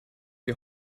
die